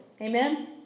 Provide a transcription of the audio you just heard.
Amen